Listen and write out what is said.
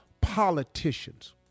politicians